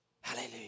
Hallelujah